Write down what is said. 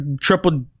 triple